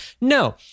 No